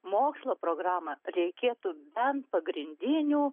mokslo programą reikėtų bent pagrindinių